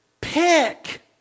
Pick